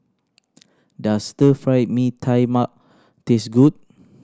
does Stir Fry Mee Tai Mak taste good